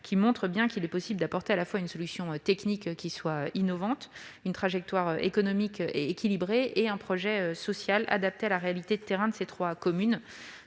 qui montrent qu'il est possible de développer à la fois une solution technique innovante, une trajectoire économique équilibrée et un projet social adapté à la réalité de ces trois communes.